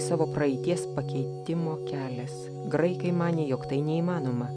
savo praeities pakeitimo kelias graikai manė jog tai neįmanoma